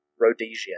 Rhodesia